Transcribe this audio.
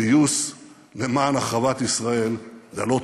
פיוס למען החרבת ישראל זה לא טוב.